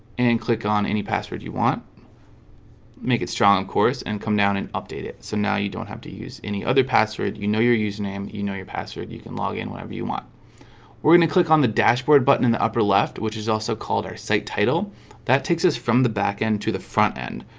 and click on any password you want make it strong of course and come down and update it. so now you don't have to use any other password you know your username, you know your password you can log in whatever you want we're gonna click on the dashboard button in the upper left, which is also called our site title that takes us from the back end to the front end.